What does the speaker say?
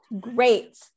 Great